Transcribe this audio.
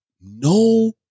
no